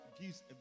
gives